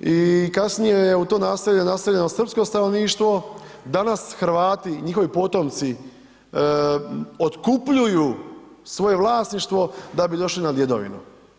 i kasnije je u to naselje naseljeno srpsko stanovništvo, danas Hrvati i njihovi potomci otkupljuju svoje vlasništvo da bi došli na djedovinu.